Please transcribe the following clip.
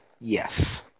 Yes